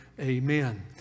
Amen